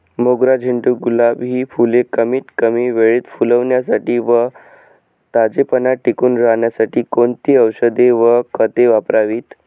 मोगरा, झेंडू, गुलाब हि फूले कमीत कमी वेळेत फुलण्यासाठी व ताजेपणा टिकून राहण्यासाठी कोणती औषधे व खते वापरावीत?